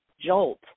jolt